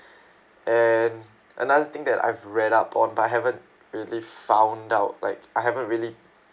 and another thing that I've read up on but haven't really found out like I haven't really